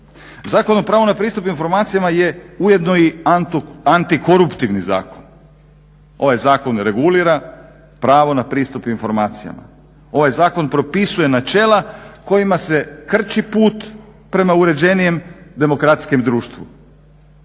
Zakon o pravu na pristup informacijama je ujedno i antikoruptivni zakon. ovaj zakon regulira pravo na pristup informacijama. Ovaj zakon propisuje načela kojima se krči put prema uređenijem demokratskijem društvu.